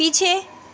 पीछे